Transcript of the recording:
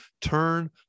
turn